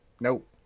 Nope